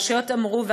הרשויות אמרו,